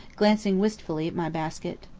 glancing wistfully at my basket.